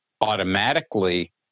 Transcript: automatically